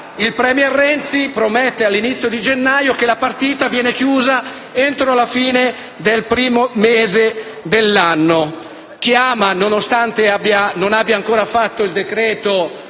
il *premier* Renzi promette all'inizio di gennaio che la partita verrà chiusa entro la fine del primo mese dell'anno. Chiama, nonostante non abbia ancora fatto il